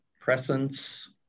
presence